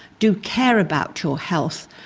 do care about your health,